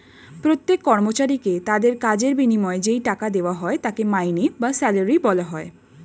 প্রত্যেক কর্মচারীকে তাদের কাজের বিনিময়ে যেই টাকা দেওয়া হয় তাকে মাইনে বা স্যালারি বলা হয়